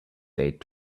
date